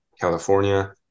California